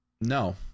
No